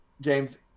James